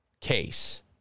case